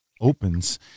opens